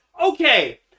okay